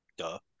duh